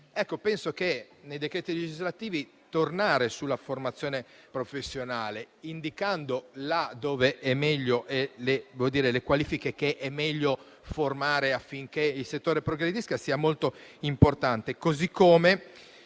Penso che nei decreti legislativi tornare sulla formazione professionale, indicando le qualifiche che è meglio formare affinché il settore progredisca, sia molto importante.